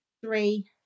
three